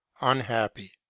unhappy